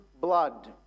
blood